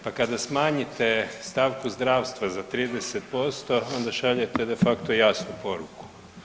Pa kada smanjite stavku zdravstva za 30% onda šaljete de facto jasnu poruku.